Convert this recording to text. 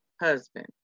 husband